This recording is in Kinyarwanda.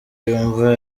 yumva